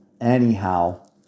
Anyhow